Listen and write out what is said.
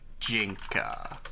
Jinka